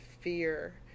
fear